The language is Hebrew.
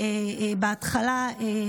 איתן הורן,